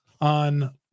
on